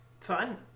Fun